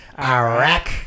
Iraq